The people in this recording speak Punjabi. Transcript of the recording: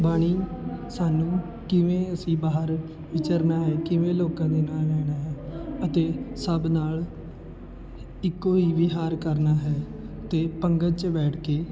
ਬਾਣੀ ਸਾਨੂੰ ਕਿਵੇਂ ਅਸੀਂ ਬਾਹਰ ਵਿਚਰਨਾ ਹੈ ਕਿਵੇਂ ਲੋਕਾਂ ਦੇ ਨਾਲ ਰਹਿਣਾ ਹੈ ਅਤੇ ਸਭ ਨਾਲ ਇੱਕੋ ਹੀ ਵਿਹਾਰ ਕਰਨਾ ਹੈ ਅਤੇ ਪੰਗਤ 'ਚ ਬੈਠ ਕੇ